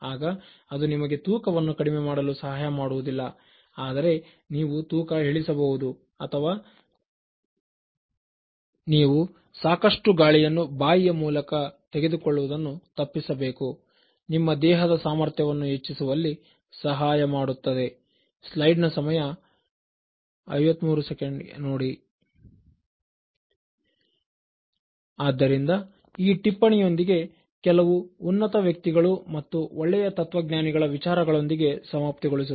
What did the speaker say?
ಆಗ ಅದು ನಿಮಗೆ ತೂಕವನ್ನು ಕಡಿಮೆ ಮಾಡಲು ಸಹಾಯ ಮಾಡುವುದಿಲ್ಲ ಆದರೆ ನೀವು ತೂಕ ಇಳಿಸಬಹುದು ಆದರೆ ನೀವು ಸಾಕಷ್ಟು ಗಾಳಿಯನ್ನು ಬಾಯಿಯ ಮೂಲಕ ತೆಗೆದುಕೊಳ್ಳುವುದನ್ನು ತಪ್ಪಿಸಬೇಕು ನಿಮ್ಮ ದೇಹದ ಸಾಮರ್ಥ್ಯವನ್ನು ಹೆಚ್ಚಿಸುವಲ್ಲಿ ಸಹಾಯಮಾಡುತ್ತದೆ ಆದ್ದರಿಂದ ಈ ಟಿಪ್ಪಣಿಯೊಂದಿಗೆ ಕೆಲವು ಉನ್ನತ ವ್ಯಕ್ತಿಗಳು ಮತ್ತು ಒಳ್ಳೆಯ ತತ್ವಜ್ಞಾನಿಗಳ ವಿಚಾರಗಳೊಂದಿಗೆ ಸಮಾಪ್ತಿ ಗೊಳಿಸುತ್ತೇನೆ